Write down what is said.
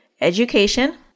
education